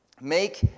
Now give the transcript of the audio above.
Make